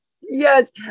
Yes